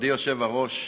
נכבדי היושב-ראש,